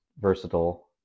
versatile